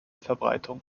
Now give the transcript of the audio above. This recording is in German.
verbreitung